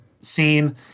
scene